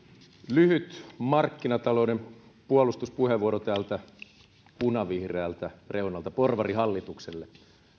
lyhyt markkinatalouden puolustuspuheenvuoro täältä punavihreältä reunalta porvarihallitukselle